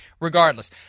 Regardless